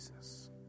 Jesus